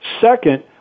Second